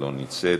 לא נמצאת,